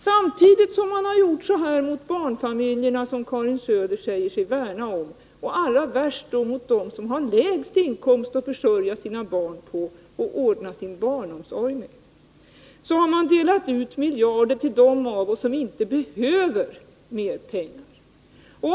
Samtidigt som man har gjort så här mot barnfamiljerna, som Karin Söder säger sig vilja värna om — och det har slagit allra värst mot dem som har lägst inkomst att försörja sina barn på och ordna sin barnomsorg med — har man delat ut miljarder till dem av oss som inte behöver mer pengar.